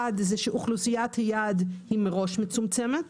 אחד זה שאוכלוסיית היעד מראש מצומצמת,